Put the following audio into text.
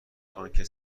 آنکه